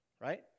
right